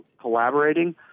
collaborating